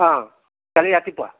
অঁ কালি ৰাতিপুৱা